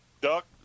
Duck